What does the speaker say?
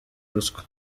ruswa